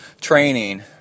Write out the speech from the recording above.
training